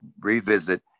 revisit